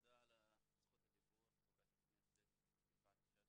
תודה על זכות הדיבור, חברת הכנסת יפעת שאשא.